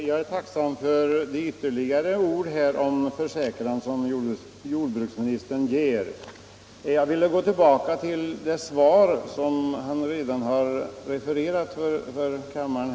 Herr talman! Jag är tacksam för jordbruksministerns komplettering nu. När det gäller Norge vill jag gå tillbaka till det svar jordbruksministern har lämnat.